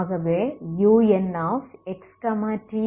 ஆகவே unxtcos 2n1πx2L